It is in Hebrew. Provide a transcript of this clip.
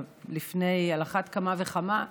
פי כמה וכמה,